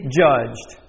judged